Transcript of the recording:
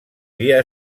via